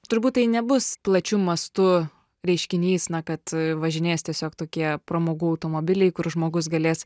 turbūt tai nebus plačiu mastu reiškinys na kad važinės tiesiog tokie pramogų automobiliai kur žmogus galės